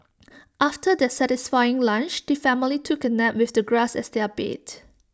after their satisfying lunch the family took A nap with the grass as their bed